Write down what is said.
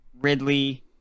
Ridley